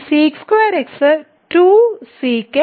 ഈ sec2x 2sec x